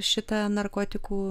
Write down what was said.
šitą narkotikų